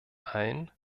allen